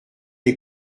les